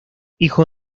hijo